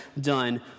done